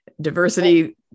Diversity